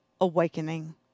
awakening